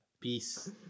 Peace